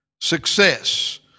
success